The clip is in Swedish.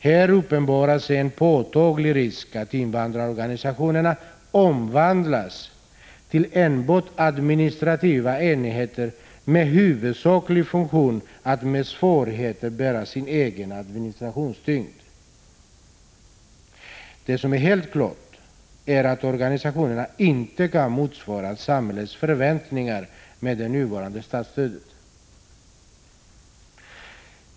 Här uppenbarar sig en påtaglig risk att invandrarorganisationerna omvandlas till enbart administrativa enheter med huvudsaklig funktion att med svårigheter bära sin egen administrationstyngd. Det som är helt klart är att organisationerna inte kan motsvara samhällets förväntningar med det nuvarande statsstödet.